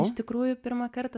pirmą kartą